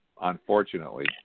unfortunately